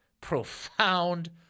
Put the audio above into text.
profound